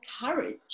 courage